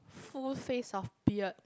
full face of beard